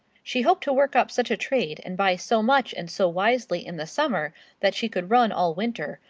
she hoped to work up such a trade and buy so much and so wisely in the summer that she could run all winter,